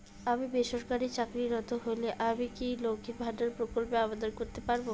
আমি বেসরকারি চাকরিরত হলে আমি কি লক্ষীর ভান্ডার প্রকল্পে আবেদন করতে পারব?